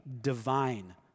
divine